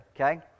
Okay